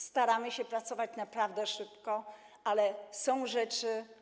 Staramy się pracować naprawdę szybko, ale są rzeczy.